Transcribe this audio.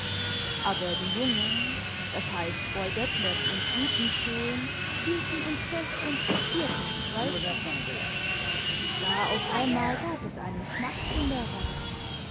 aber die jungen das heißt boy detlefs und butenschön hielten uns fest und bugsierten uns weiter da auf einmal gab es einen knacks in der reihe